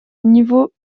niveau